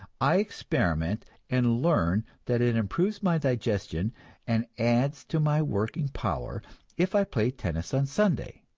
i experiment and learn that it improves my digestion and adds to my working power if i play tennis on sunday.